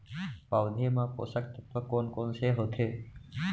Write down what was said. पौधे मा पोसक तत्व कोन कोन से होथे?